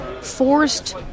forced